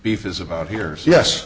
beef is about here yes